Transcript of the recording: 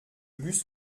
bus